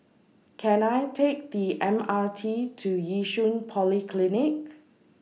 Can I Take The M R T to Yishun Polyclinic